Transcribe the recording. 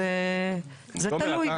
זה תלוי,